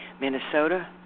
Minnesota